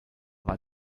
war